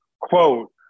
quote